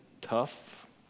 tough